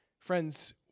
Friends